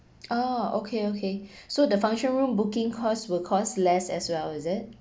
oh okay okay so the function room booking cost will cost less as well is it